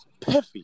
Piffy